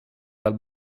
dal